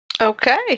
Okay